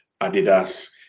Adidas